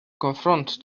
konfront